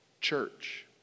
Church